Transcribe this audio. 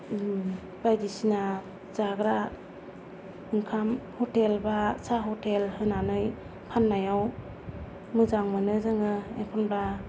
बायदिसिना जाग्रा ओंखाम ह'टेल बा साह ह'टेल होनानै फान्नायाव मोजां मोनो जोङो एखम्बा